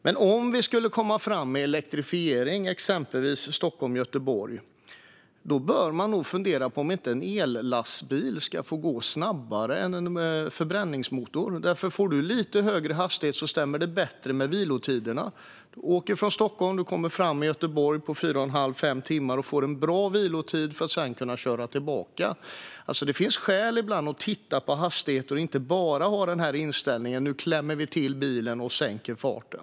Men om vi skulle komma fram med elektrifiering, exempelvis av sträckan Stockholm-Göteborg, bör vi nog fundera på om inte en ellastbil ska få gå snabbare än en lastbil med förbränningsmotor. Om du får ha lite högre hastighet stämmer det nämligen bättre med vilotiderna. Du kör från Stockholm och är framme i Göteborg på fyra och en halv till fem timmar och får en bra vilotid för att sedan kunna köra tillbaka. Ibland finns det alltså skäl att titta på hastigheter och inte bara ha inställningen att nu klämmer vi till bilen och sänker farten.